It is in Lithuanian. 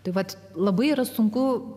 taip pat labai sunku